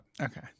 Okay